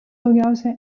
daugiausia